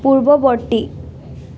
পূৰ্বৱৰ্তী